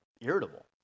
irritable